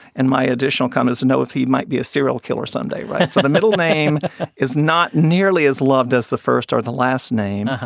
and my additional comment is to know if he might be a serial killer someday, right? so the middle name is not nearly as loved as the first or the last name.